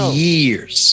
years